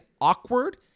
awkward